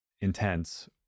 intense